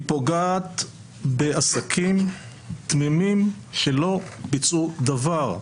היא פוגעת בעסקים תמימים שלא ביצעו דבר,